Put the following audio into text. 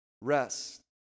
rest